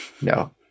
no